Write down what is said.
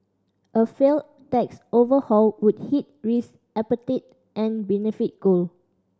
a failed tax overhaul would hit risk appetite and benefit gold